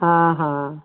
हाँ हाँ